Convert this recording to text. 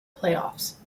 playoffs